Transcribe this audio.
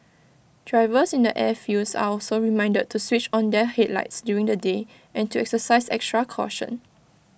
drivers in the airfields are also reminded to switch on their headlights during the day and to exercise extra caution